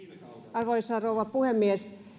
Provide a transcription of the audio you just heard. arvoisa rouva puhemies